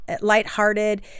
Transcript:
lighthearted